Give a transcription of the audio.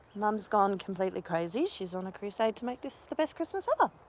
mom's gone completely crazy, she's on a crusade to make this the best christmas ever. oh,